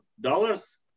dollars